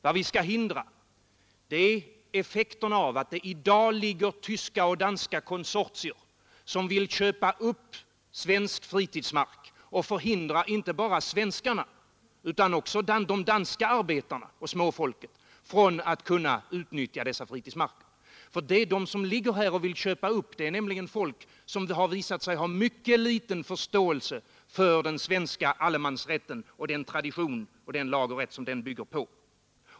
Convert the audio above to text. Vad vi skall hindra är effekterna av att tyska och danska konsortier i dag vill köpa upp svensk fritidsmark och hindra inte bara svenskarna utan också danska arbetare och småfolk från att utnyttja dessa fritidsmarker. De som vill köpa upp marken är nämligen människor som har visat sig hysa mycket liten förståelse för den svenska allemansrätten och den tradition och den lag och rätt som den bygger på.